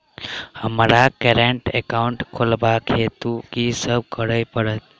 हमरा current account खोलेवाक हेतु की सब करऽ पड़त?